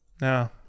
no